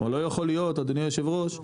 כלומר לא יכול להיות אדוני היושב ראש,